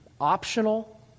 optional